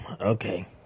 okay